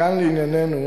מכאן לענייננו.